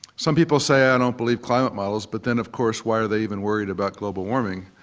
some people say i don't believe climate models, but then of course why are they even worried about global warming?